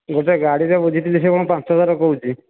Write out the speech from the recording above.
ଗୋଟିଏ ଗାଡ଼ିଟେ ବୁଝିଥିଲି ସେ କ'ଣ ପାଞ୍ଚ ହଜାର କହୁଛି